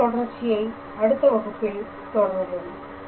இதன் தொடர்ச்சியை அடுத்த வகுப்பில் தொடர்வோம்